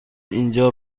اینجا